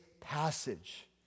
passage